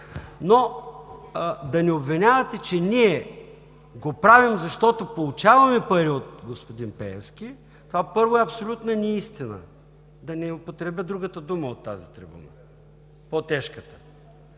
но да ни обвинявате, че ние го правим, защото получаваме пари от господин Пеевски – това, първо, е абсолютна неистина, да не употребя другата дума от тази трибуна, по-тежката.